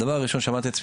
הדבר הראשון שאמרתי לעצמי,